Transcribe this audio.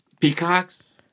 Peacocks